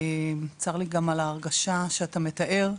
צר לי גם על ההרגשה שאתה מתאר,